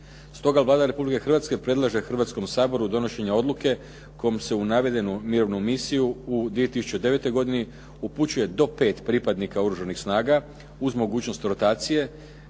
Stoga Vlada Republike Hrvatske predlaže Hrvatskom saboru donošenje odluke kojom se u navedenu mirovnu misiju u 2009. godini upućuje do pet pripadnika oružanih snaga uz mogućnost rotacije